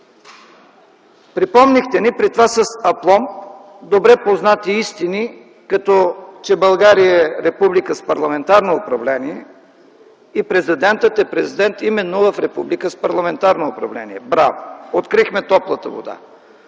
Припомнихте ни, при това с апломб, добре познати истини, че България е република с парламентарно управление и Президентът е Президент именно в република с парламентарно управление. Браво, открихме топлата вода!